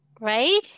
Right